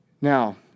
Now